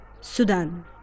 Sudan